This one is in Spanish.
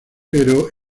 pero